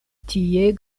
tie